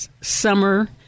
summer